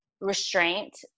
restraint